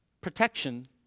protection